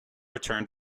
returned